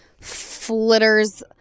flitters